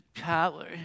power